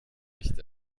nicht